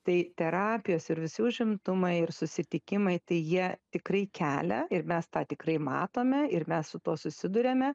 tai terapijos ir visi užimtumai ir susitikimai tai jie tikrai kelia ir mes tą tikrai matome ir mes su tuo susiduriame